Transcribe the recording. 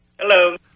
Hello